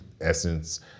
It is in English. Essence